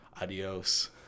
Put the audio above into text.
adios